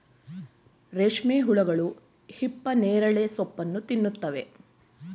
ರೇಷ್ಮೆ ಹುಳುಗಳು ಹಿಪ್ಪನೇರಳೆ ಸೋಪ್ಪನ್ನು ತಿನ್ನುತ್ತವೆ